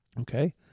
Okay